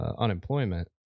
unemployment